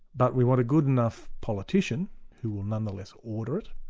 but we want a good enough politician who will nonetheless order it,